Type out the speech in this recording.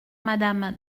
madame